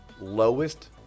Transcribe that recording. lowest